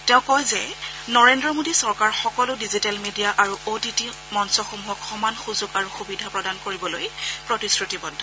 তেওঁ কয় যে নৰেন্দ্ৰ মোদী চৰকাৰ সকলো ডিজিটেল মিডিয়া আৰু অ টি টি মঞ্চসমূহক সমান সূযোগ আৰু সুবিধা প্ৰদান কৰিবলৈ প্ৰতিশ্ৰতিবদ্ধ